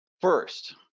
First